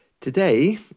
Today